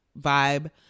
vibe